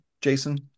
Jason